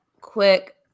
quick